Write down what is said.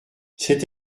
c’est